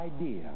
idea